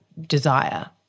desire